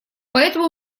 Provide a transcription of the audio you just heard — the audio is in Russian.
поэтому